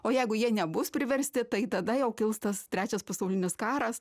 o jeigu jie nebus priversti tai tada jau kils tas trečias pasaulinis karas